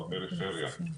בפריפריה.